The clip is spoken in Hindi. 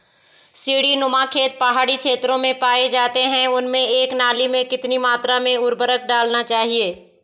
सीड़ी नुमा खेत पहाड़ी क्षेत्रों में पाए जाते हैं उनमें एक नाली में कितनी मात्रा में उर्वरक डालना चाहिए?